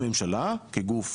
הממשלה כגוף